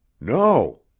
No